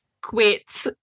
quit